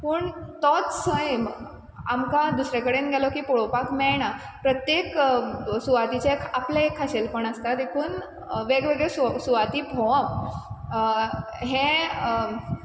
पूण तोच सैम आमकां दुसरे कडेन गेलो की पळोवपाक मेळना प्रत्येक सुवातीचें आपलें एक खाशेलपण आसता देखून वेगवेगळे सोव सुवाती भोंवप हें